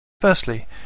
Firstly